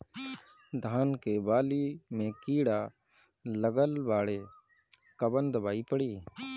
धान के बाली में कीड़ा लगल बाड़े कवन दवाई पड़ी?